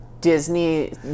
Disney